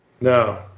No